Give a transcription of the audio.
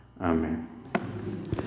amen